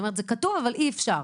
זאת אומרת שזה כתוב אבל אי אפשר.